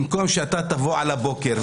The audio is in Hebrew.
במקום שאתה תבוא על הבוקר,